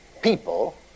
people